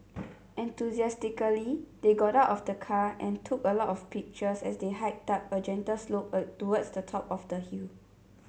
enthusiastically they got out of the car and took a lot of pictures as they hiked up a gentle slope a towards the top of the hill